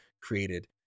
created